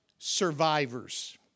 survivors